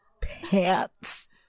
pants